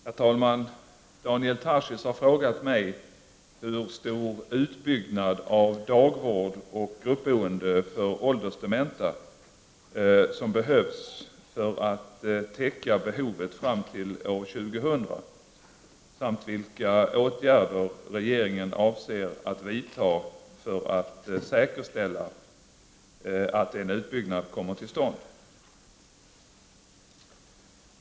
Herr talman! Daniel Tarschys har frågat mig hur stor utbyggnad av dagvård och gruppboende för åldersdementa som behövs för att täcka behovet fram till år 2000, samt vilka åtgärder regeringen avser att vidta för att säkerställa att en utbyggnad kommer till stånd.